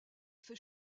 fait